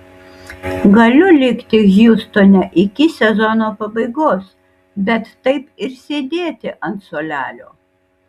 galiu likti hjustone iki sezono pabaigos bet taip ir sėdėti ant suolelio